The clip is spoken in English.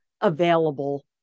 available